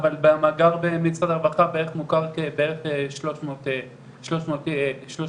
אבל במאגר במשרד הרווחה מוכרים כשלוש מאות איש.